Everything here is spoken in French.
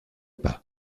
pas